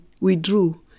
withdrew